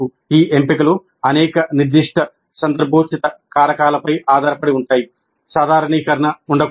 ఈ ఎంపికలు అనేక నిర్దిష్ట సందర్భోచిత కారకాలపై ఆధారపడి ఉంటాయిసాధారణీకరణ ఉండకూడదు